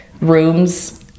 rooms